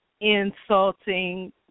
insulting